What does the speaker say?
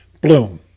bloom